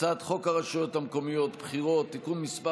הצעת חוק הרשויות המקומיות (בחירות) (תיקון מס'